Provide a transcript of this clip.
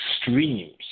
streams